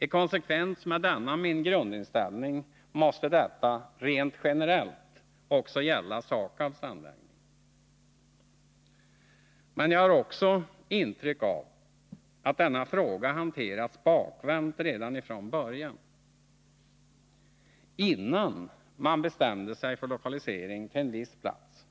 I konsekvens med denna min grundinställning måste detta, rent generellt, också gälla SAKAB:s anläggning. Men jag har också ett intryck av att denna fråga hanterats bakvänt redan från början. Innan man bestämde sig för lokalisering till en viss plats